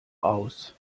aus